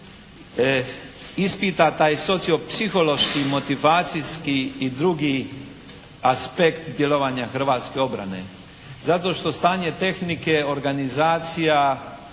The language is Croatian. ispita taj sociopsihološki motivacijski i drugi aspekt djelovanja hrvatske obrane. Zato što stanje tehnike, organizacija,